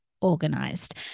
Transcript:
organized